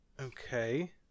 Okay